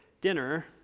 dinner